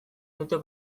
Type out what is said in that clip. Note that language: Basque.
dute